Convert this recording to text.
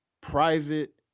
private